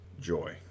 joy